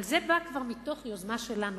אבל זה בא כבר מתוך יוזמה שלנו.